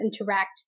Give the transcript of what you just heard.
interact